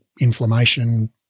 inflammation